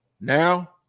Now